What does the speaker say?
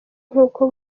nk’uko